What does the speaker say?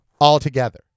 altogether